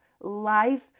Life